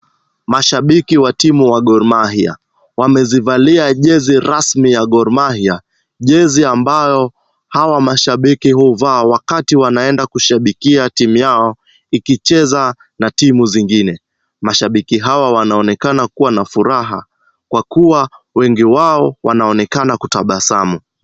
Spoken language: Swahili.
Mashabiki wa timu wa Gor Mahia. Wamezivalia jezi rasmi ya Gor Mahia, jezi ambayo hawa mashabiki huvaa wakati wanaenda kushabikia timu yao, ikicheza na timu zingine. Mashabiki hawa wanaonekana kuwa na furaha, kwa kuwa wengi wao wanaonekana kutabasamu.